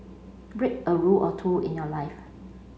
break a rule or two in your life